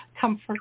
Comfort